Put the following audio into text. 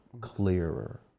clearer